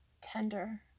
tender